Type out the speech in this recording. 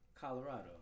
Colorado